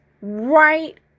right